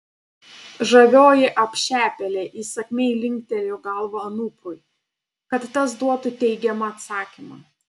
žavioji apšepėlė įsakmiai linktelėjo galva anuprui kad tas duotų teigiamą atsakymą